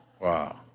Wow